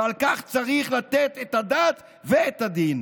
ועל כך צריך לתת את הדעת ואת הדין.